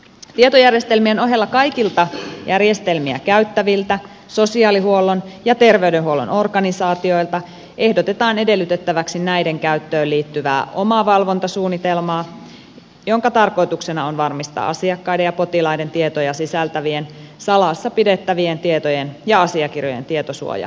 tietojärjestelmien ohella kaikilta järjestelmiä käyttäviltä sosiaalihuollon ja terveydenhuollon organisaatioilta ehdotetaan edellytettäväksi näiden käyttöön liittyvää omavalvontasuunnitelmaa jonka tarkoituksena on varmistaa asiakkaiden ja potilaiden tietoja sisältävien salassa pidettävien tietojen ja asiakirjojen tietosuoja ja tietoturva